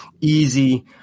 easy